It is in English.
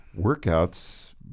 workouts